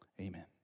Amen